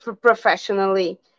professionally